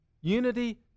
Unity